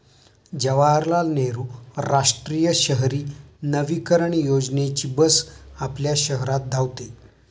जवाहरलाल नेहरू राष्ट्रीय शहरी नवीकरण योजनेची बस आपल्या शहरात धावते